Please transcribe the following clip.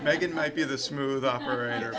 make it might be the smooth operator